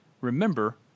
Remember